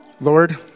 Lord